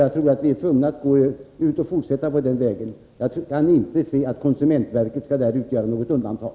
Jag tror att vi måste fortsätta på den vägen. Jag kan inte se att konsumentverket här skulle utgöra något undantag.